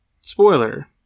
Spoiler